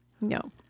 no